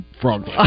frog